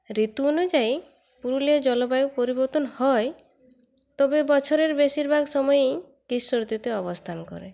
ঋতু অনুযায়ী পুরুলিয়ার জলবায়ু পরিবর্তন হয় তবে বছরের বেশিরভাগ সময়ই গ্রীষ্ম ঋতুতে অবস্থান করে